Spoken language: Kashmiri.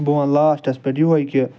بہٕ وَنہٕ لاسٹَس یُہے کہ